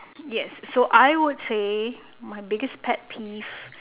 yes so I would say my biggest pet peeve